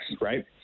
right